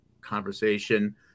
conversation